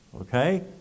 Okay